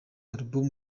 album